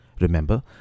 Remember